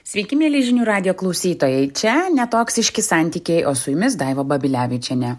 sveiki mieli žinių radijo klausytojai čia netoksiški santykiai o su jumis daiva babilevičienė